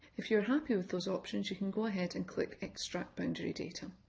if you're happy with those options you can go ahead and click extract boundary data.